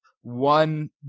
one